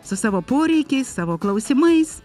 su savo poreikiais savo klausimais